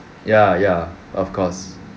ya ya of course